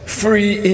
free